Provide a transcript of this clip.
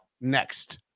next